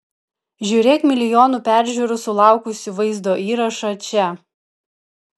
žiūrėk milijonų peržiūrų sulaukusį vaizdo įrašą čia